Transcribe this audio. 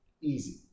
easy